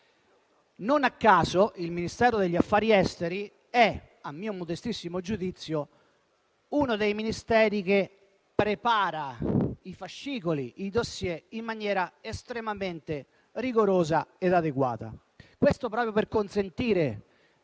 Non a caso il Ministero degli affari esteri è - a mio modestissimo giudizio - uno dei Ministeri che prepara i fascicoli e i *dossier* in maniera estremamente rigorosa e adeguata, per consentire